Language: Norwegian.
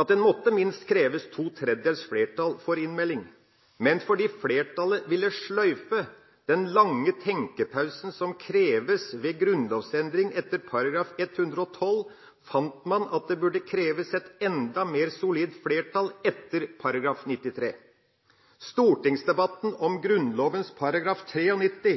at det måtte kreves minst to tredjedels flertall for innmelding. Men fordi flertallet ville sløyfe den lange tenkepausen som kreves ved grunnlovsendring etter § 112, fant man at det burde kreves et enda mer solid flertall etter § 93. Stortingsdebatten om Grunnloven § 93